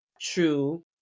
true